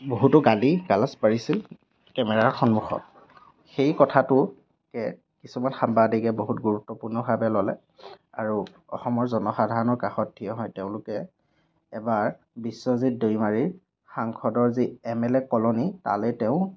বহুতো গালি গালাজ পাৰিছিল কেমেৰাৰ সন্মুখত সেই কথাটোকে কিছুমান সাংবাদিকে বহুত গুৰুত্বপূৰ্ণভাৱে ল'লে আৰু অসমৰ জনসাধাৰণৰ কাষত থিয় হৈ তেওঁলোকে এবাৰ বিশ্বজিৎ দৈমাৰীৰ সাংসদৰ যি এম এল এ কলনী তালৈ তেওঁ